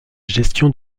gestion